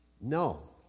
no